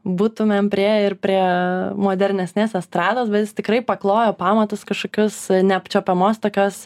būtumėm priėję ir prie modernesnės estrados bet jis tikrai paklojo pamatus kažkokius neapčiuopiamos tokios